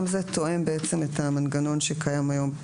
גם זה תואם את המנגנון שקיים היום.